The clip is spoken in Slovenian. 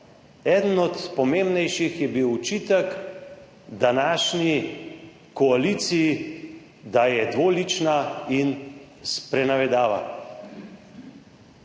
Eden od pomembnejših je bil očitek današnji koaliciji, da je dvolična in sprenavedava.